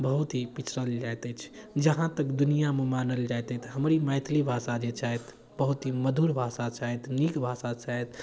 बहुत ही पिछड़ल जाइत अछि जहाँ तक दुनिऑंमे मानल जाइत अछि तऽ हमर ई मैथिली भाषा जे छथि बहुत ही मधुर भाषा छथि नीक भाषा छथि